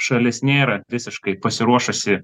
šalis nėra visiškai pasiruošusi